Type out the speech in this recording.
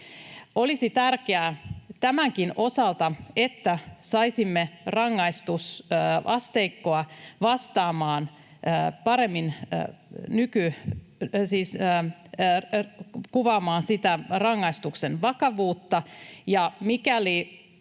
Olisi tärkeää tämänkin osalta, että saisimme rangaistusasteikkoa paremmin kuvaamaan sitä rangaistuksen vakavuutta, ja mikäli